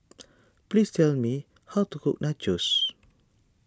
please tell me how to cook Nachos